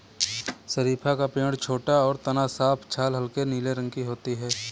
शरीफ़ा का पेड़ छोटा और तना साफ छाल हल्के नीले रंग की होती है